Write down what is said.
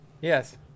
Yes